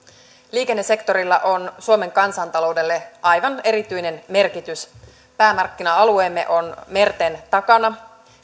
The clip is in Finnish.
liikennesektorilla on suomen kansantaloudelle aivan erityinen merkitys päämarkkina alueemme on merten takana